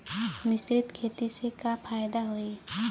मिश्रित खेती से का फायदा होई?